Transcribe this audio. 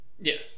yes